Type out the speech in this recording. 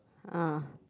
uh